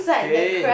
pain